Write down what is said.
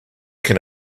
can